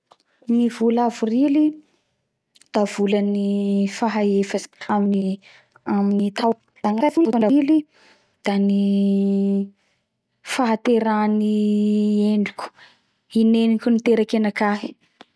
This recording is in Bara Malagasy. Ny vola avrily da volan'ny fahefatry amin'ny tao da ny fahaterahan'i endriko. I neniko niteraky anakahy.